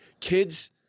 kids